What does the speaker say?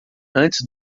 antes